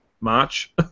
March